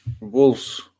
Wolves